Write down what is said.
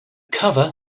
cover